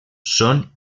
són